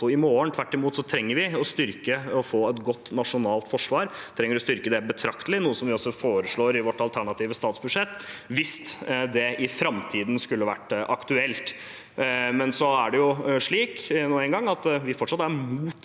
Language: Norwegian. i morgen. Tvert imot trenger vi å styrke og få et godt nasjonalt forsvar – vi trenger å styrke det betraktelig, noe som vi også foreslår i vårt alternative statsbudsjett – hvis det i framtiden skulle ha vært aktuelt. Det er nå engang slik at vi fortsatt er mot